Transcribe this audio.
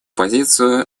позицию